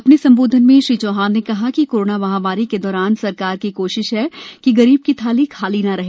अपने संबोधन में श्री चौहान ने कहा कि कोरोना महामारी के दौरान सरकार की कोशिश है कि गरीब की थाली खाली न रहे